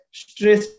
stress